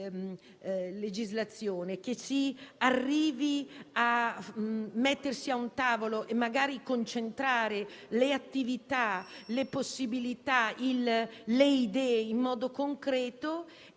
si arrivi a mettersi a un tavolo concentrando le attività, le possibilità e le idee in modo concreto